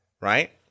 right